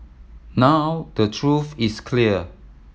now the truth is clear